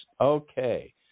Okay